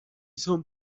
son